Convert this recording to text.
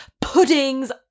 puddings